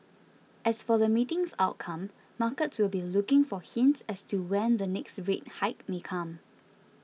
as for the meeting's outcome markets will be looking for hints as to when the next rate hike may come